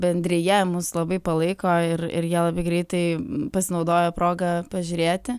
bendrija mus labai palaiko ir ir jie labai greitai pasinaudojo proga pažiūrėti